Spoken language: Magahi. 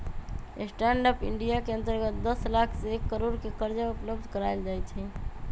स्टैंड अप इंडिया के अंतर्गत दस लाख से एक करोड़ के करजा उपलब्ध करायल जाइ छइ